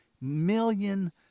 million